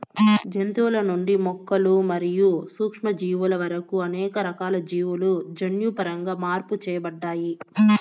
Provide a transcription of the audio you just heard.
జంతువుల నుండి మొక్కలు మరియు సూక్ష్మజీవుల వరకు అనేక రకాల జీవులు జన్యుపరంగా మార్పు చేయబడ్డాయి